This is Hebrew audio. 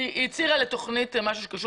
היא הצהירה משהו שקשור לתוכנית של בית